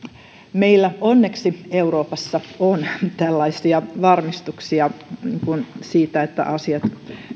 meillä onneksi euroopassa on tällaisia varmistuksia siitä että asiat